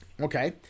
Okay